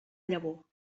llavor